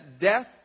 death